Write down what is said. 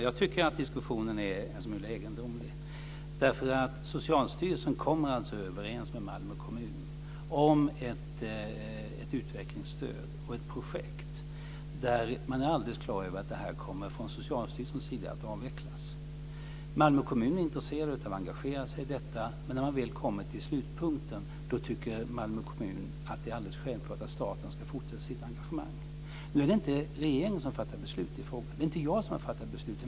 Fru talman! Diskussionen är en smula egendomlig. Socialstyrelsen kom överens med Malmö kommun om ett utvecklingsstöd till ett projekt. Man var alldeles klar över att det skulle komma att avvecklas från Socialstyrelsens sida. Malmö kommun var intresserad av att engagera sig i det. Men när man kommer till slutpunkten tycker Malmö kommun att det är alldeles självklart att staten ska fortsätta sitt engagemang. Det är inte regeringen som fattar beslut i frågan. Det är inte jag som har fattat beslut.